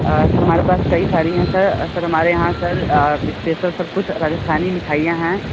sir हमारे पास कई सारी हैं सर सर हमारे यहाँ सर इस्पेसल सर कुछ राजस्थानी मिठाईयाँ हैं